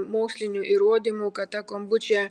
mokslinių įrodymų kad ta kombučia